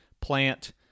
plant